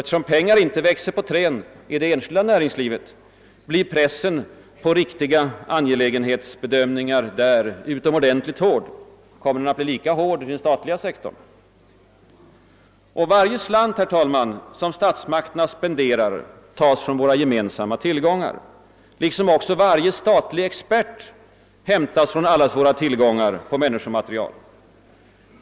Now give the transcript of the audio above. Eftersom pengar inte växer på träd i det enskilda näringslivet, blir pressen på riktiga angelägenhetsbedömningar där utomordentligt hård. Kommer den att bli lika hård inom den statliga sektorn? Och, herr talman, varje slant som statsmakterna spenderar tas från våra gemensamma tillgångar liksom också varje statlig expert hämtas från allas våra tillgångar på människomaterial.